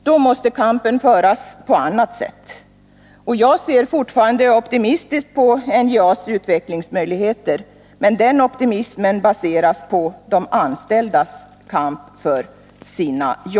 Då måste kampen föras på annat 27 november 1981 sätt. Jag ser fortfarande optimistiskt på NJA:s utvecklingsmöjligheter, men den optimismen baseras på de anställdas kamp för sina arbeten.